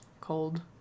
cold